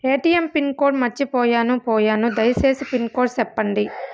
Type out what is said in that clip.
ATM pin code మర్చిపోయాను పోయాను దయసేసి పిన్ కోడ్ సెప్పండి?